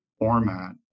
format